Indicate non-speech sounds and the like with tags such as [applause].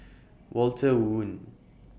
[noise] Walter Woon